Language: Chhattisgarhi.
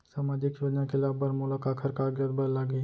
सामाजिक योजना के लाभ बर मोला काखर कागजात बर लागही?